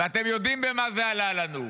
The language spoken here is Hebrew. ואתם יודעים במה זה עלה לנו.